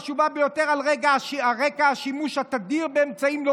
חשובה ביותר על רקע השימוש התדיר באמצעים לא